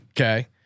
Okay